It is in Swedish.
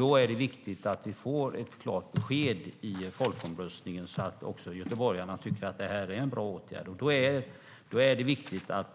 Det är viktigt med ett klart besked i samband med folkomröstningen, så att göteborgarna tycker att det är en bra åtgärd. Jag bor för övrigt själv